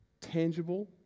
tangible